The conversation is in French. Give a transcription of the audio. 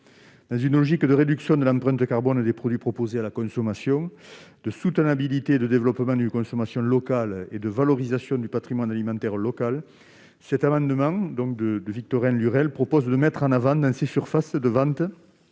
Dans une logique de réduction de l'empreinte carbone des produits proposés à la consommation, de soutenabilité et de développement d'une consommation locale et de valorisation du patrimoine alimentaire local, cet amendement de Victorin Lurel vise à mettre en avant, dans les surfaces de vente,